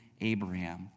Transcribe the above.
Abraham